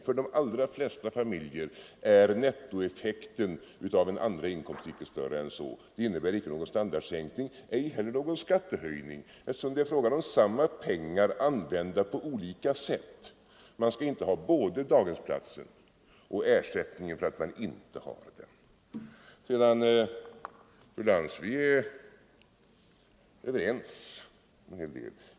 I de allra flesta familjer är nettoeffekten av en andrainkomst icke större än så. Det innebär därför icke någon standardsänkning, ej heller någon skattehöjning, eftersom det är fråga om samma pengar, använda på olika sätt; man skall ju inte både ha daghemsplatser och ersättning för att man inte har fått dem. Sedan, fru Lantz, är vi överens i en hel del.